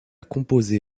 composé